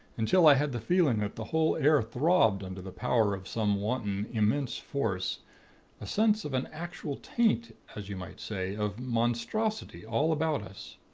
until i had the feeling that the whole air throbbed under the power of some wanton immense force a sense of an actual taint, as you might say, of monstrosity all about us.